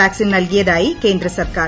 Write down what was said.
vaccine നൽകിയതാട്ടി ്കേന്ദ്ര സർക്കാർ